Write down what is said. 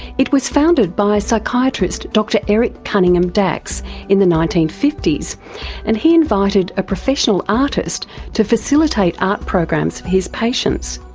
it was founded by psychiatrist dr eric cunningham dax in the nineteen fifty s and he invited a professional artist to facilitate art programs for his patients.